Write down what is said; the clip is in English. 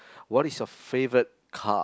what is your favorite car